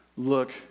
look